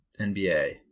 NBA